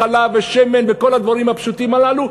חלב ושמן וכל הדברים הפשוטים הללו.